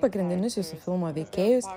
pagrindinius jūsų filmo veikėjus